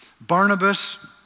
Barnabas